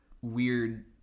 weird